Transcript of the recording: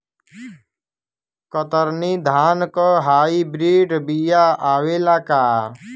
कतरनी धान क hybrid बिया आवेला का?